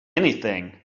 anything